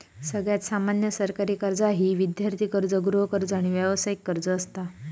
सगळ्यात सामान्य सरकारी कर्जा ही विद्यार्थी कर्ज, गृहकर्ज, आणि व्यावसायिक कर्ज असता